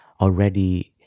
already